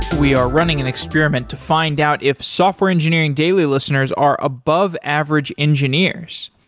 we are running an experiment to find out if software engineering daily listeners are above average engineers.